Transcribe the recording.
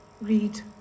read